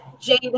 Jade